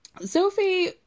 Sophie